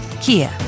Kia